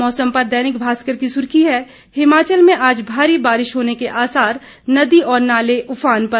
मौसम पर दैनिक भास्कर की सुर्खी है हिमाचल में आज भारी बारिश होने के आसार नदी और नाले उफान पर